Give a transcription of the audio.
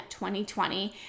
2020